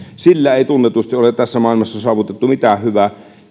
sillä ei tunnetusti ole tässä maailmassa saavutettu mitään hyvää